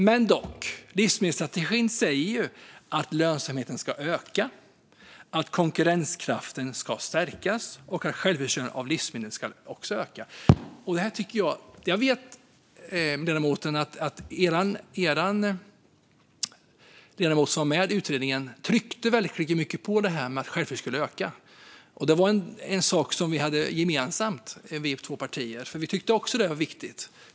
Dock säger livsmedelsstrategin att lönsamheten ska öka, att konkurrenskraften ska stärkas och att självförsörjningen med livsmedel ska öka. Jag vet att er ledamot som var med i utredningen tryckte väldigt mycket på att självförsörjningen skulle öka. Det var en sak som våra två partier hade gemensamt, för vi tyckte också att det var viktigt.